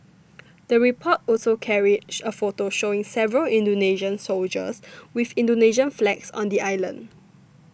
the report also carried a photo showing several Indonesian soldiers with Indonesian flags on the island